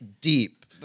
deep